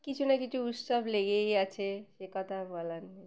কিছু না কিছু উৎসব লেগেই আছে সে কথা আর বলার নেই